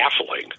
baffling